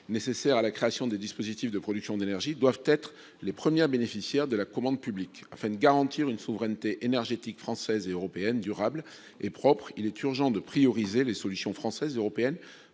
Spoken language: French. nécessaires à la création des dispositifs de production d'énergie doivent être les premières bénéficiaires de la commande publique. Afin de garantir une souveraineté énergétique française et européenne durable et propre, il est urgent de donner la priorité aux solutions françaises et européennes